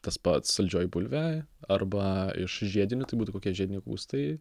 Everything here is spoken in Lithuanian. tas pats saldžioji bulvė arba iš žiedinių tai būtų kokie žiediniai kopūstai